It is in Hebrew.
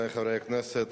חברי חברי הכנסת,